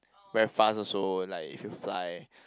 very fun also when like if you fly